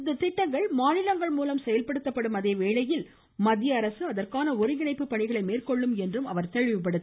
இந்த திட்டங்கள் மாநிலங்கள் மூலம் செயல்படுத்தப்படும் அதேவேளையில் மத்திய அரசு அதற்கான ஒருங்கிணைப்பு பணிகளை மேற்கொள்ளும் என்றும் அவர் தெளிவுபடுத்தினார்